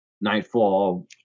Nightfall